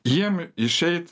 jiem išeit